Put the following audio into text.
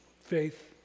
faith